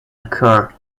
occur